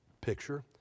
picture